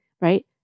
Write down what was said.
right